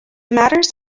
matters